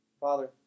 Father